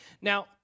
Now